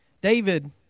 David